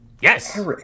Yes